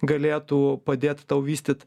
galėtų padėt tau vystyt